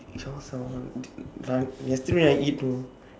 ya sia like yesterday I eat two